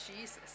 Jesus